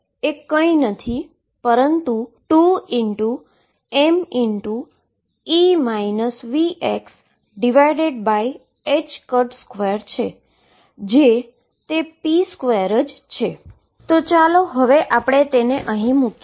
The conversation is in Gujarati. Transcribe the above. તેથી હું તે સીમા અધિકારો ψ માં e mω2ℏx2 ફંક્શન કોન્સ્ટન્ટ છે તેવુ આપણે કહી શકીએ